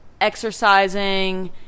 exercising